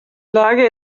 lage